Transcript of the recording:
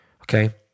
Okay